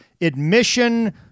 admission